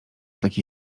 taki